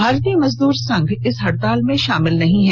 भारतीय मजदूर संघ इस हड़ताल में शामिल नहीं है